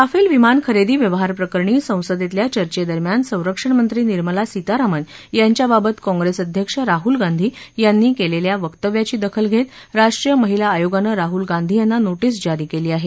Rafale विमान खरेदी व्यवहार प्रकरणी संसदेतल्या चर्चेदरम्यान संरक्षणमंत्री निर्मला सीतारामन यांच्याबाबत कॉप्रेस अध्यक्ष राहुल गांधी यांनी केलेल्या वक्तव्याची दखल घेत राष्ट्रीय महिला आयोगानं राहुल गांधी यांना नोटिस जारी केली आहे